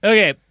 Okay